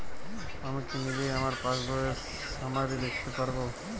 আমি কি নিজেই আমার পাসবইয়ের সামারি দেখতে পারব?